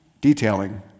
Detailing